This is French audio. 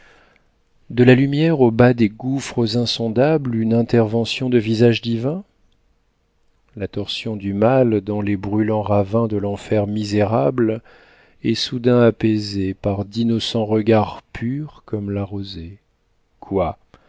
de la lumière au bas des gouffres insondables une intervention de visages divins la torsion du mal dans les brûlants ravins de l'enfer misérable est soudain apaisée par d'innocents regards purs comme la rosée quoi